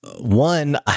one